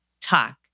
talk